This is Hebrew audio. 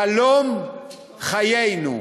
חלום חיינו.